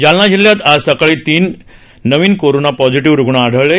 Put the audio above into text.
जालना जिल्ह्यात आज सकाळी तीन नवीन कोरोना पॉझिटिव्ह रुग्ण आढळले आहेत